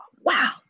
wow